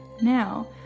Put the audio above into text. Now